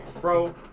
bro